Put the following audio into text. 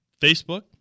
Facebook